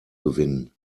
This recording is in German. gewinnen